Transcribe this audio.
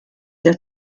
der